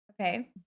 Okay